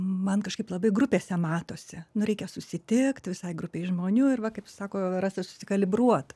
man kažkaip labai grupėse matosi nu reikia susitikt visai grupei žmonių ir va kaip sako rasa susikalibruot